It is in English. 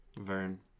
Vern